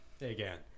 Again